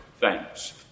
Thanks